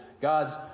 God's